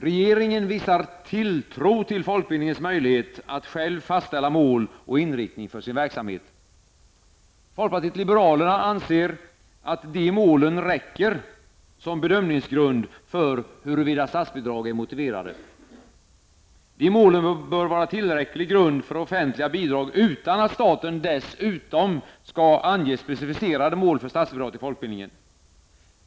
Regeringen visar tilltro till folkbildningens möjlighet att själv fastställa mål och inriktning för sin verksamhet. Folkpartiet liberalerna anser att de målen räcker som bedömningsgrund för huruvida statsbidrag är motiverade. Dessa mål bör vara tillräcklig grund för offentliga bidrag utan att staten dessutom skall ange specificerade mål för statsbidrag till folkbildningen.